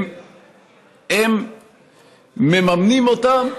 הם מממנים אותם,